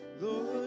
Lord